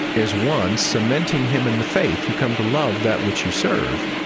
as one, cementing him in the faith. you come to love that which you serve.